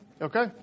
Okay